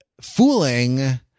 fooling